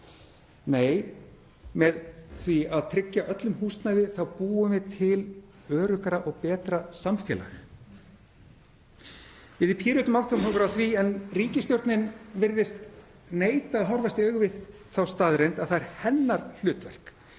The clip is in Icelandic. Nei, með því að tryggja öllum húsnæði þá búum við til öruggara og betra samfélag. Við í Pírötum áttum okkur á því að ríkisstjórnin virðist neita að horfast í augu við þá staðreynd að það er hennar hlutverk